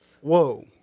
Whoa